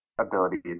abilities